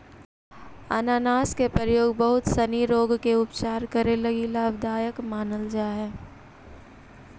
अनानास के प्रयोग बहुत सनी रोग के उपचार करे लगी लाभदायक मानल जा हई